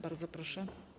Bardzo proszę.